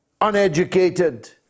uneducated